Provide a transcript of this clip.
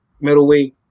middleweight